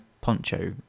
poncho